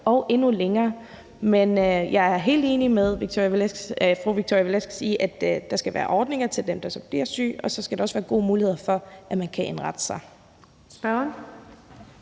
og endnu længere. Men jeg er helt enig med fru Victoria Velasquez i, at der skal være ordninger til dem, der så bliver syge, og så skal der også være gode muligheder for, at man kan indrette sig.